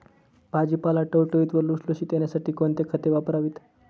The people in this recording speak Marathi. भाजीपाला टवटवीत व लुसलुशीत येण्यासाठी कोणते खत वापरावे?